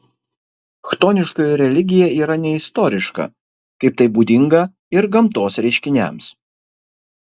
chtoniškoji religija yra neistoriška kaip tai būdinga ir gamtos reiškiniams